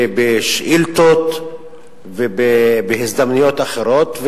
ובשאילתות ובהזדמנויות אחרות,